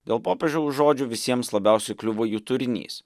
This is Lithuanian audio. dėl popiežiaus žodžių visiems labiausiai kliuvo jų turinys